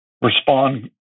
respond